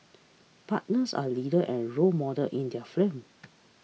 partners are leaders and role models in their firms